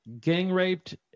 gang-raped